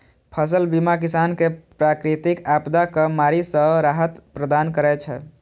फसल बीमा किसान कें प्राकृतिक आपादाक मारि सं राहत प्रदान करै छै